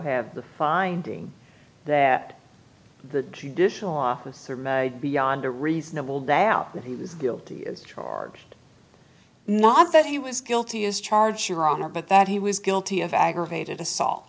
have the finding that the judicial officer made beyond a reasonable doubt that he was guilty as charged not that he was guilty as charged your honor but that he was guilty of aggravated